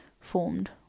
formed